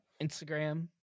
Instagram